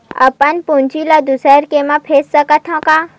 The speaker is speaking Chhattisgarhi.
अपन पूंजी ला दुसर के मा भेज सकत हन का?